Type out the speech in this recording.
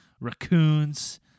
raccoons